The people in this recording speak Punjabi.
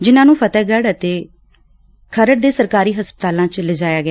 ਜਿਨ੍ਹਾਂ ਨੂੰ ਫਤਹਿਗੜ੍ਹ ਅਤੇ ਖਰੜ ਦੇ ਸਰਕਾਰੀ ਹਸਪਤਾਲਾਂ ਚ ਲਿਜਾਇਆ ਗਿਆ